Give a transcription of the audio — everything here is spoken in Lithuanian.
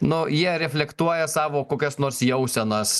nu jie reflektuoja savo kokias nors jausenas